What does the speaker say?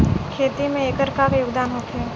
खेती में एकर का योगदान होखे?